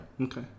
Okay